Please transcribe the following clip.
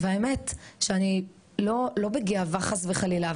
האמת שאני לא בגאווה חס וחלילה,